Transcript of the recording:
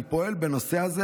אני פועל בנושא הזה,